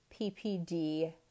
PPD